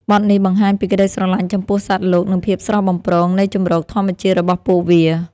បទនេះបង្ហាញពីក្ដីស្រឡាញ់ចំពោះសត្វលោក និងភាពស្រស់បំព្រងនៃជម្រកធម្មជាតិរបស់ពួកវា។